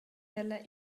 ella